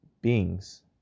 beings